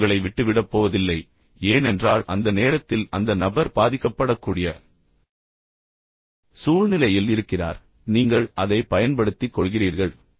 அது உங்களை விட்டுவிடப் போவதில்லை ஏனென்றால் அந்த நேரத்தில் அந்த நபர் பாதிக்கப்படக்கூடிய சூழ்நிலையில் இருக்கிறார் நீங்கள் உண்மையில் அதை பயன்படுத்திக் கொள்கிறீர்கள்